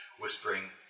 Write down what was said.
whispering